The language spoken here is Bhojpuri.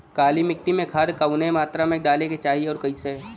काली मिट्टी में खाद कवने मात्रा में डाले के चाही अउर कइसे?